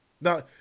now